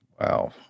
Wow